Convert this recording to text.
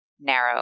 narrow